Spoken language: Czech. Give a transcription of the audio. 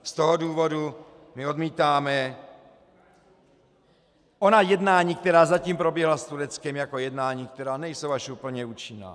Z toho důvodu my odmítáme ona jednání, která zatím proběhla s Tureckem, jako jednání, která nejsou až úplně účinná.